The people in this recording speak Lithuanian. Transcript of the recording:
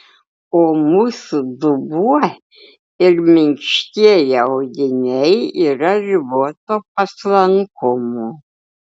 o mūsų dubuo ir minkštieji audiniai yra riboto paslankumo